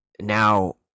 Now